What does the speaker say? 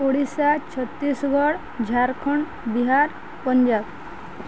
Odisha Chhattisgarh Jharkhand Bihar Punjab